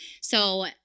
So-